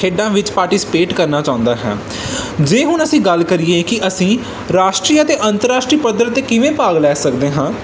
ਖੇਡਾਂ ਵਿੱਚ ਪਾਰਟੀਸਪੇਟ ਕਰਨਾ ਚਾਹੁੰਦਾ ਹੈ ਜੇ ਹੁਣ ਅਸੀਂ ਗੱਲ ਕਰੀਏ ਕਿ ਅਸੀਂ ਰਾਸ਼ਟਰੀ ਅਤੇ ਅੰਤਰਰਾਸ਼ਟਰੀ ਪੱਧਰ 'ਤੇ ਕਿਵੇਂ ਭਾਗ ਲੈ ਸਕਦੇ ਹਾਂ